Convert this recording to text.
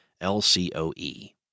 LCOE